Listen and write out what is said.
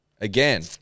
Again